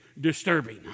disturbing